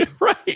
right